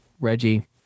Reggie